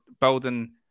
building